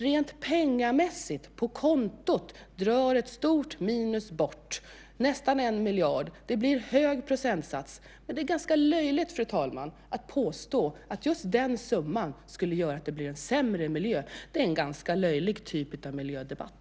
Rent pengamässigt på kontot har vi ett stort minus, nästan 1 miljard. Det blir en hög procentsats. Men det är ganska löjligt, fru talman, att påstå att just den summan skulle göra att det blir en sämre miljö. Det är en ganska löjlig typ av miljödebatt.